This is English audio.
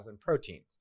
proteins